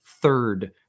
third